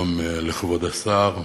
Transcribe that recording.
שלום לכבוד השר,